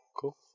cool